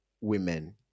women